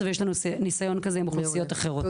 ויש לנו ניסיון כזה עם אוכלוסיות אחרות.